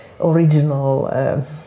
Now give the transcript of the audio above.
original